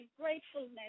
gratefulness